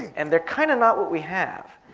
and they're kind of not what we have.